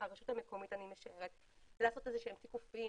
המקומית לעשות תיקופים,